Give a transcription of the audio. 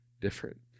different